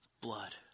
blood